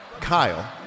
Kyle